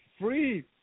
free